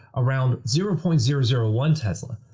around zero point zero zero one tesla.